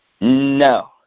No